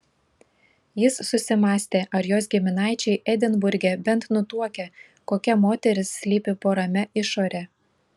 jis susimąstė ar jos giminaičiai edinburge bent nutuokia kokia moteris slypi po ramia išore